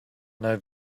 now